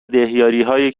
دهیاریهای